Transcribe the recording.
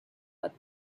earth